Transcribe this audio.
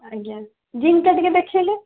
ଆଜ୍ଞା ଜିଙ୍କ୍ଟା ଟିକେ ଦେଖାଇଲେ